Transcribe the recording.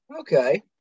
okay